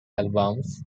albums